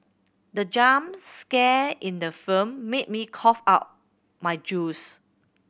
the jump scare in the film made me cough out my juice